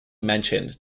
mentioned